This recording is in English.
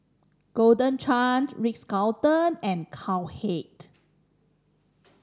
Golden Chance Ritz Carlton and Cowhead